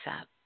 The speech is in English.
up